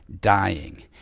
dying